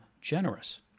generous